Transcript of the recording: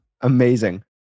Amazing